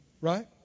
Right